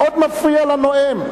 מאוד מפריע לנואם.